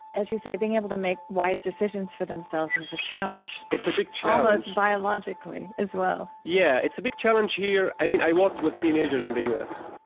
as you say, being able to make wise decisions for themselves is a challenge it's a big challenge almost biologically as well yeah. it's a big challenge here. i mean, i worked with teenagers in the u s.